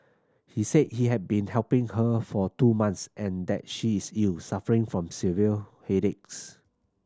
he said he had been helping her for two months and that she is ill suffering from severe headaches